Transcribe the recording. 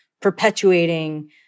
perpetuating